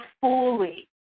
fully